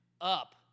up